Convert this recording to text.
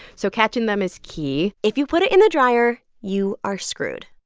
so catching them is key if you put it in the dryer, you are screwed